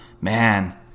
man